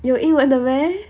有英文的 meh